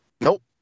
Nope